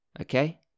okay